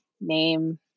name